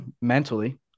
mentally